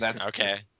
Okay